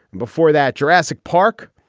before that jurassic park.